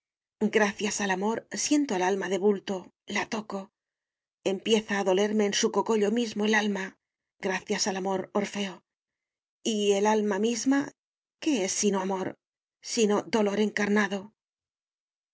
gracias al amor siento al alma de bulto la toco empieza a dolerme en su cogollo mismo el alma gracias al amor orfeo y el alma misma qué es sino amor sino dolor encarnado